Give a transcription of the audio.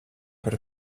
par